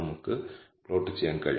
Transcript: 18 ഉയർന്ന critical value 2